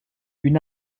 une